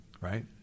right